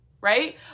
right